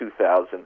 2000